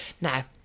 Now